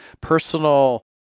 personal